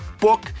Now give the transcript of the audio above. book